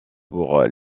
pour